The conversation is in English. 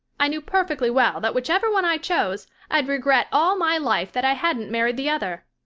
i knew perfectly well that whichever one i chose i'd regret all my life that i hadn't married the other.